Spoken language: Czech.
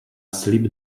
slib